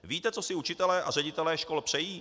Víte, co si učitelé a ředitelé škol přejí?